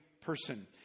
person